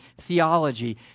theology